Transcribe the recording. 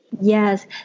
Yes